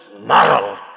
moral